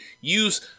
use